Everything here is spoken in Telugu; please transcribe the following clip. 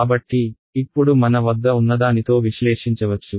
కాబట్టి ఇప్పుడు మన వద్ద ఉన్నదానితో విశ్లేషించవచ్చు